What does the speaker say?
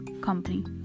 company